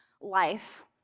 life